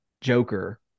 joker